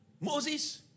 Moses